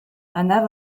anna